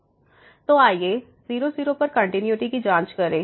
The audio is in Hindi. तो आइए 0 0 पर कंटिन्यूटी की जांच करें